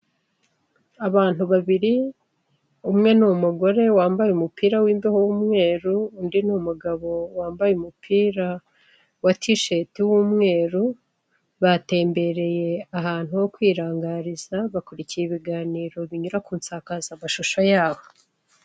Abantu babiri, umwe ni umugore wambaye umupira w'imbeho w'umweru, undi n'umugabo wambaye umupira wa tisheti w'umweru, batembereye ahantu ho kwirangariza bakurikiye ibiganiro binyura kunsakazamashusho yaho.